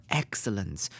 excellence